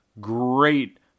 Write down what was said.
great